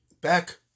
back